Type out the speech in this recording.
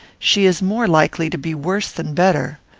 she is more likely to be worse than better.